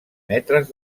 metres